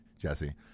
Jesse